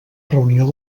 reunió